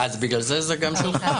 בגלל זה זה גם שלך.